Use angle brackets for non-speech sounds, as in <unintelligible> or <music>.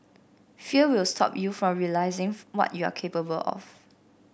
fear will stop you from realising <unintelligible> what you are capable of